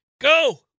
Go